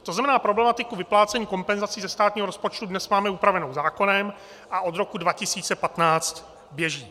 To znamená, problematiku vyplácení kompenzací ze státního rozpočtu dnes máme upravenou zákonem a od roku 2015 běží.